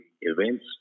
events